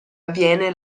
avviene